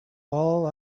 all